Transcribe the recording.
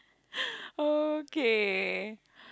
okay